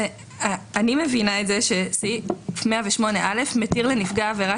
אני מבינה שסעיף 108א מתיר לנפגע העבירה